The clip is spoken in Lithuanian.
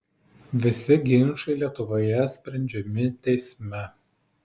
visi ginčai lietuvoje sprendžiami teisme